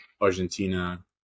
Argentina